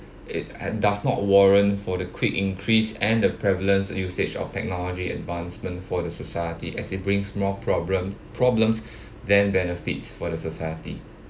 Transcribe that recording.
it uh does not warrant for the quick increase and the prevalence usage of technology advancement for the society as it brings more problem problems than benefits for the society